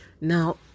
Now